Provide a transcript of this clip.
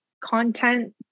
content